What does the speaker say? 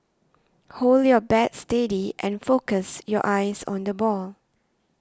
hold your bat steady and focus your eyes on the ball